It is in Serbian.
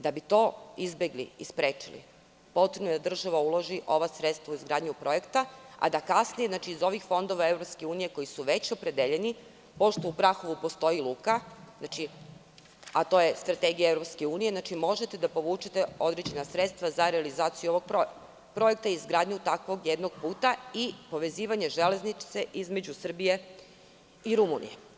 Da bi to izbegli i sprečili, potrebno je da država uloži ova sredstva u izgradnju projekta, a da kasnije, iz ovih fondova EU koji su već opredeljeni, pošto u Prahovu postoji luka, a to je strategija EU, znači, možete da povučete određena sredstva za realizaciju ovog projekta, projekta izgradnje jednog takvog puta i povezivanje železnice između Srbije i Rumunije.